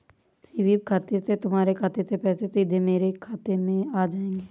SVEEP खाते से तुम्हारे खाते से पैसे सीधा मेरे खाते में आ जाएंगे